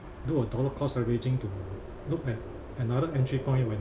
do a dollar cost averaging to look at another entry point when